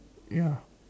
ya